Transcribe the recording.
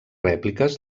rèpliques